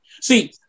See